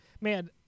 Man